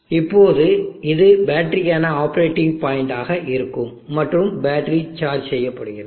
இப்போது இது பேட்டரிக்கான ஆப்பரேட்டிங் பாயின்ட் ஆக இருக்கும் மற்றும் பேட்டரி சார்ஜ் செய்யப்படுகிறது